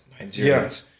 Nigerians